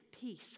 peace